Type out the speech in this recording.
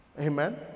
amen